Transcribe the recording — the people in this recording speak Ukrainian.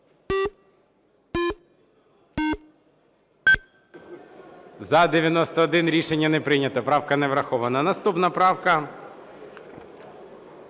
За-91 Рішення не прийнято. Правка не врахована. Наступна правка